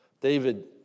David